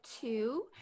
two